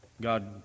God